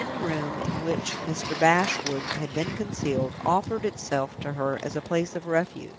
the end room, in which mr. bashwood had been concealed, offered itself to her as a place of refuge.